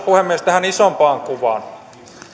puhemies tähän isompaan kuvaan